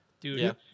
Dude